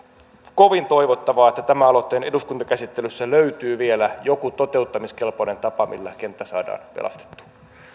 kovin toivottavaa että tämän aloitteen eduskuntakäsittelyssä löytyy vielä joku toteuttamiskelpoinen tapa millä kenttä saadaan pelastettua